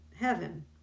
heaven